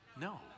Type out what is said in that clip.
No